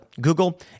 Google